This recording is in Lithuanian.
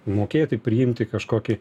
mokėti priimti kažkokį